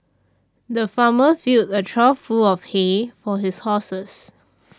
the farmer filled a trough full of hay for his horses